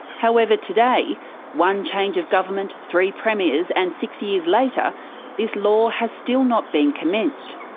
however, today one change of government, three premiers and six years later this law has still not been commenced.